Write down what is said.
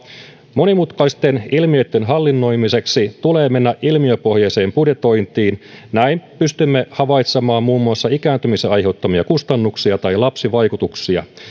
monimutkaisten ilmiöitten hallinnoimiseksi tulee mennä ilmiöpohjaiseen budjetointiin näin pystymme havaitsemaan muun muassa ikääntymisen aiheuttamia kustannuksia tai lapsivaikutuksia